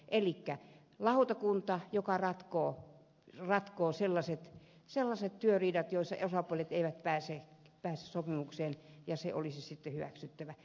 elikkä tarvitaan lautakunta joka ratkoo sellaiset työriidat joissa osapuolet eivät pääse sopimukseen ja se olisi sitten hyväksyttävä